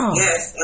yes